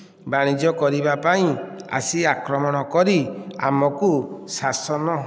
ବାଣିଜ୍ୟ କରିବା ପାଇଁ ଆସି ଆକ୍ରମଣ କରି ଆମକୁ ଶାସନ